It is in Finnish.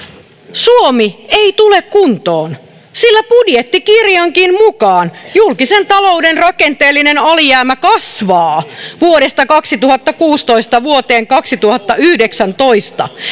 suomi ei tule kuntoon sillä budjettikirjankin mukaan julkisen talouden rakenteellinen alijäämä kasvaa vuodesta kaksituhattakuusitoista vuoteen kaksituhattayhdeksäntoista